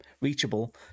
reachable